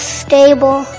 stable